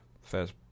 first